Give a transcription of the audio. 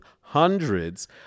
hundreds